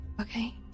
Okay